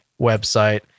website